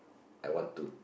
I want to